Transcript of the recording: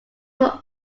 were